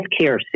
healthcare